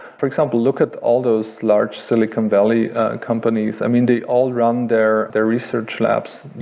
for example, look at all those large silicon valley companies. i mean, they all run their their research labs.